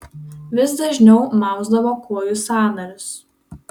vis dažniau mausdavo kojų sąnarius